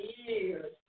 years